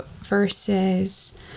versus